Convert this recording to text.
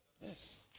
yes